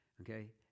Okay